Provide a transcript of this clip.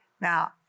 now